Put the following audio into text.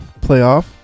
playoff